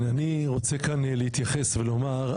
אני רוצה כאן להתייחס ולומר,